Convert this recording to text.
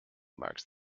marks